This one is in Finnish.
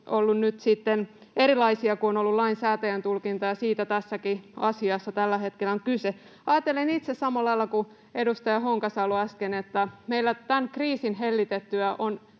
olleet nyt erilaisia kuin on ollut lainsäätäjän tulkinta, ja siitä tässäkin asiassa tällä hetkellä on kyse. Ajattelen itse samalla lailla kuin edustaja Honkasalo äsken, että meillä tämän kriisin hellitettyä on